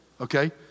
okay